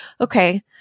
okay